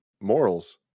Morals